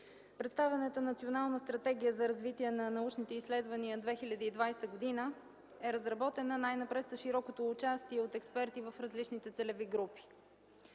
Представената Национална стратегия за развитие на научните изследвания 2020 г. е разработена най-напред с широкото участие на експерти в различните целеви групи